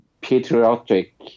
patriotic